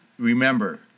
Remember